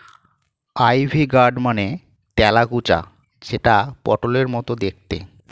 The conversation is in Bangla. আই.ভি গার্ড মানে তেলাকুচা যেটা পটলের মতো দেখতে